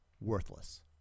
worthless